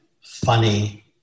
funny